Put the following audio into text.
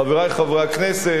חברי חברי הכנסת,